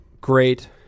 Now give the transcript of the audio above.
great